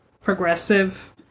progressive